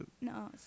No